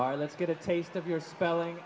are let's get a taste of your spelling